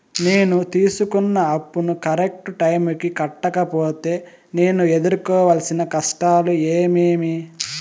నేను తీసుకున్న అప్పును కరెక్టు టైముకి కట్టకపోతే నేను ఎదురుకోవాల్సిన కష్టాలు ఏమీమి?